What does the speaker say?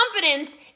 confidence